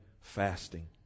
fasting